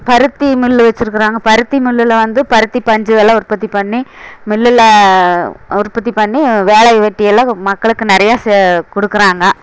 பருத்தி மில்லு வச்சிருக்கிறாங்க பருத்தி மில்லில் வந்து பருத்தி பஞ்சுகளை உற்பத்தி பண்ணி மில்லில் உற்பத்தி பண்ணி வேலைவெட்டியெல்லாம் மக்களுக்கு நிறையா கொடுக்குறாங்க